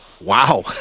Wow